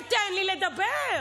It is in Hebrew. תן לי לדבר.